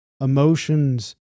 emotions